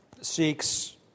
seeks